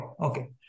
okay